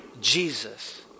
Jesus